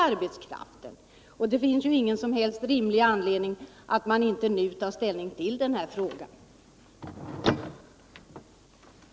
Det finns ingen som helst rimlig anledning att nu underlåta att ta ställning till denna fråga. den det ej vill röstar nej.